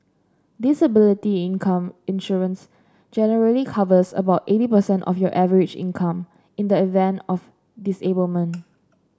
disability income insurance generally covers about eighty percent of your average income in the event of disablement